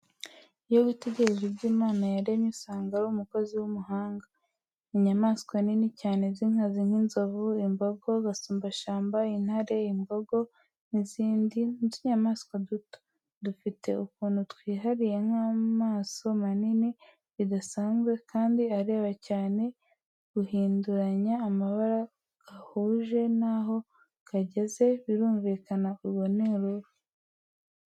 Iyo witegereje ibyo Imana yaremye usanga ari umukozi w'umuhanga, inyamaswa nini cyane z'inkazi nk'inzovu, imbogo, gasumbashyamba, intare, imbogo n'izindi n'utunyamaswa duto, dufite ukuntu twihariye nk'amaso manini bidasanzwe kandi areba cyane, guhinduranya amabara gahuje n'aho kageze, birumvikana urwo ni uruvu.